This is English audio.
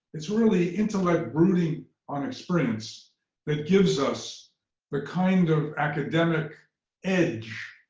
it's really intellect brooding on experience that gives us the kind of academic edge,